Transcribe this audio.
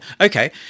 okay